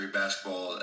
basketball